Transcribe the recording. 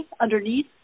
underneath